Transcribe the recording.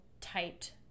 typed